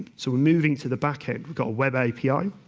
so we're moving to the back-end. we've got a web api.